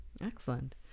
Excellent